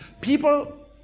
people